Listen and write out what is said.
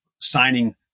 signing